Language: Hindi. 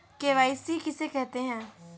के.वाई.सी किसे कहते हैं?